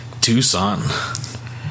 Tucson